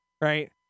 right